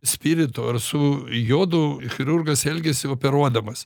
spiritu ar su jodu chirurgas elgiasi operuodamas